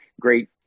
great